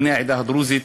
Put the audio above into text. בני העדה הדרוזית,